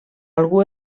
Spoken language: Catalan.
algú